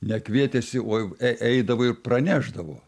ne kvietėsi o e eidavo ir pranešdavo